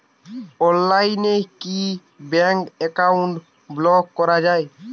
অনলাইনে কি bank account block করা য়ায়?